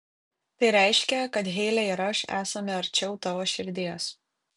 tai reiškia kad heile ir aš esame arčiau tavo širdies